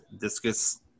discus